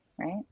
right